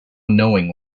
knowing